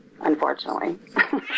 unfortunately